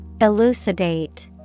Elucidate